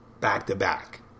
back-to-back